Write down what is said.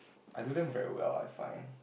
I do them very well I find